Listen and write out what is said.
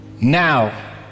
Now